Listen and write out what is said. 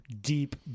deep